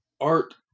Art